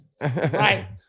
right